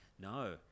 no